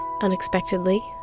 unexpectedly